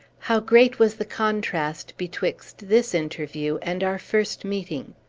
how great was the contrast betwixt this interview and our first meeting.